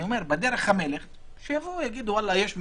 בדרך המלך שיגידו: וואלה, יש מצב,